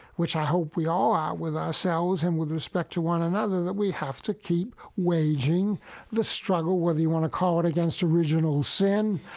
which i hope we all are with ourselves and with respect to one another, that we have to keep waging the struggle, whether you want to call it against original sin,